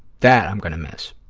that i'm going to miss.